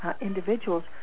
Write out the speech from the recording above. individuals